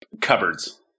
Cupboards